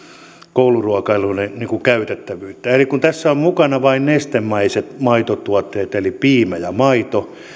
kouluruokailuun käytettävyyttä eli kun tässä on mukana vain nestemäiset maitotuotteet eli piimä ja maito